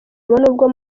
nubwo